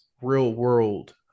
real-world